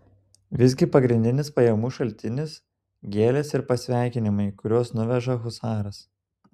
visgi pagrindinis pajamų šaltinis gėlės ir pasveikinimai kuriuos nuveža husaras